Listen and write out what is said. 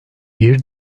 bir